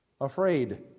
afraid